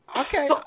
Okay